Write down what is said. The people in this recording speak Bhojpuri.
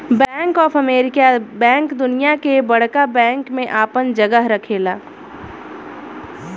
बैंक ऑफ अमेरिका बैंक दुनिया के बड़का बैंक में आपन जगह रखेला